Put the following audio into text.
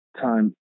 time